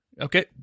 Okay